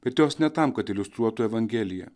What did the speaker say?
bet jos ne tam kad iliustruotė evangeliją